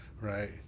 Right